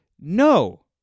No